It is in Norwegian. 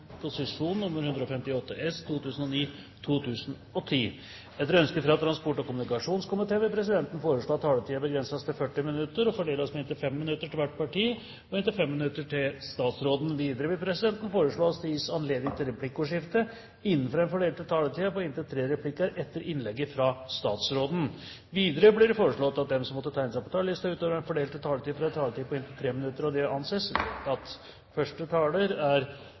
inntil 5 minutter til statsråden. Videre vil presidenten foreslå at det gis anledning til replikkordskifte på inntil tre replikker med svar etter innlegget fra statsråden innenfor den fordelte taletid. Videre blir det foreslått at de som måtte tegne seg på talerlisten utover den fordelte taletid, får en taletid på inntil 3 minutter. – Det anses